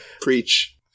Preach